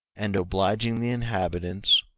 and obliging the inhabitants,